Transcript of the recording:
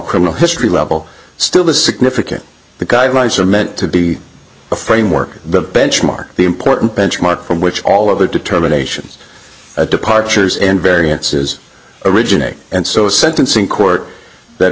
criminal history level still a significant the guidelines are meant to be a framework the benchmark the important benchmark from which all of the determinations of departures and variances originate and so sentencing court that